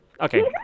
Okay